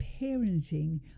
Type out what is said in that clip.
parenting